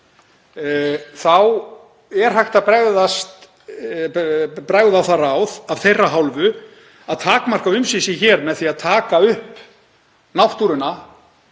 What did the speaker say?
þá er hægt að bregða á það ráð af þeirra hálfu að takmarka umsvif sín hér með því að taka upp náttúruna